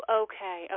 okay